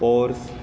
Porsche